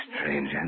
strange